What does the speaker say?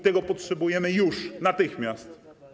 Tego potrzebujemy już, natychmiast.